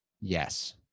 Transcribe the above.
Yes